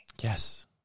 yes